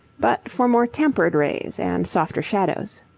but for more tempered rays and softer shadows.